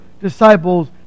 disciples